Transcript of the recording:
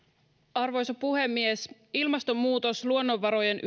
arvoisa puhemies ilmastonmuutos luonnonvarojen